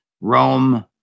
rome